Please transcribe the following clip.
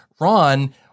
Ron